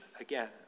again